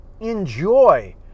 enjoy